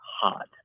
hot